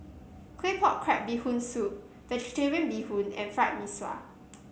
Claypot Crab Bee Hoon Soup vegetarian Bee Hoon and Fried Mee Sua